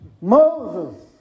Moses